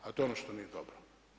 A to je ono što nije dobro.